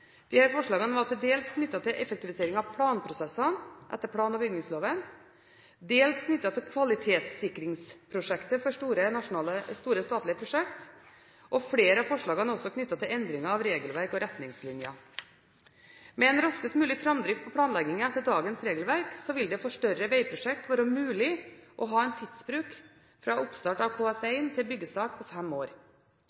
forslagene var dels knyttet til effektivisering av planprosessene etter plan- og bygningsloven og dels knyttet til kvalitetssikringssystemet for store statlige prosjekter, og flere av forslagene er også knyttet til endringer av regelverk og retningslinjer. Med en raskest mulig framdrift på planleggingen etter dagens regelverk vil det for et større veiprosjekt være mulig å ha en tidsbruk fra oppstart av